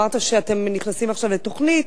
אמרת שאתם נכנסים עכשיו לתוכנית,